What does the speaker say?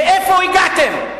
לאן הגעתם?